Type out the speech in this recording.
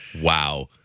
Wow